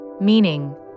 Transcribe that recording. Meaning